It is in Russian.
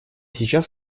сейчас